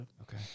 okay